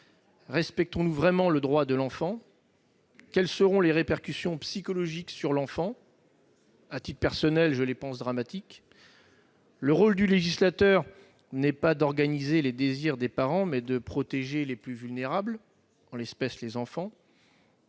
Respectons-nous vraiment le droit de l'enfant ? Quelles seront les répercussions psychologiques sur l'enfant ? À titre personnel, je pense qu'elles seront dramatiques. Le rôle du législateur est non pas de concrétiser les désirs des parents, mais de protéger les plus vulnérables, en l'espèce les enfants.